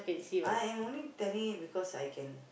I am only telling because I can